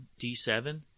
D7